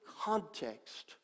context